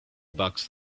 bucks